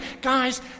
guys